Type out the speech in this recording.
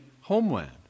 homeland